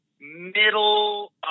middle